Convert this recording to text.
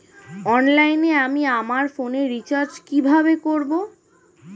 অনলাইনে আমি আমার ফোনে রিচার্জ কিভাবে করব?